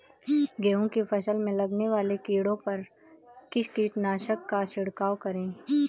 गेहूँ की फसल में लगने वाले कीड़े पर किस कीटनाशक का छिड़काव करें?